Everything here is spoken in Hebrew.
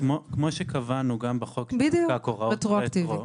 כמו שקבענו גם בחוק הוראות רטרו,